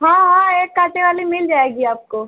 हाँ हाँ एक कांटे वाली मिल जाएगी आपको